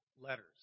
letters